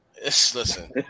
Listen